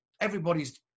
everybody's